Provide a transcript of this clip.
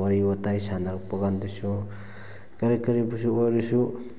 ꯋꯥꯔꯤ ꯋꯥꯇꯥꯏ ꯁꯥꯟꯅꯔꯛꯄ ꯀꯥꯟꯗꯁꯨ ꯀꯔꯤ ꯀꯔꯤꯕꯨꯁꯨ ꯑꯣꯏꯔꯁꯨ